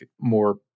more